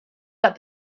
that